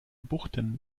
buchten